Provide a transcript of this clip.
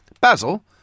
Basil